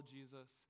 Jesus